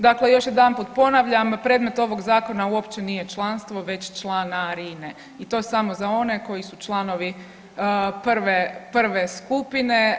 Dakle još jedanput ponavljam, predmet ovog Zakona uopće nije članstvo već članarine i to samo za one koji su članovi prve skupine.